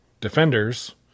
defenders